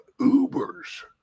Ubers